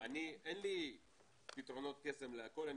אין לי פתרונות קסם לכול,